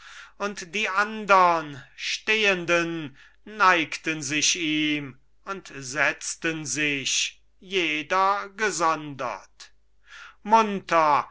und die andern stehenden neigten sich ihm und setzten sich jeder gesondert munter